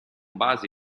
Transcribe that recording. base